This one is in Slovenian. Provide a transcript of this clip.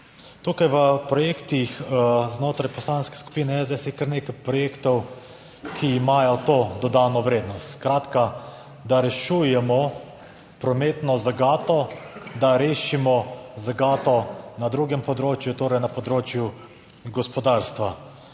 Tukaj v projektih znotraj Poslanske skupine SDS je kar nekaj projektov, ki imajo to dodano vrednost. Skratka, da rešujemo prometno zagato, da rešimo zagato na drugem področju, torej na področju gospodarstva.